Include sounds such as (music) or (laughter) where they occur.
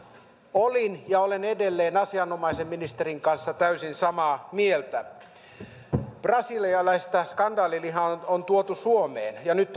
olin ja olen edelleen asianomaisen ministerin kanssa täysin samaa mieltä brasilialaista skandaalilihaa on tuotu suomeen ja nyt (unintelligible)